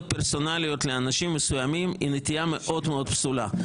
פרסונליות לאנשים מסוימים היא נטייה מאוד מאוד פסולה.